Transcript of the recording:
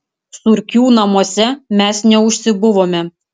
surkių namuose mes neužsibuvome